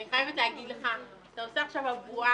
אני חייבת להגיד לך אתה עושה עכשיו "אבו-עלי"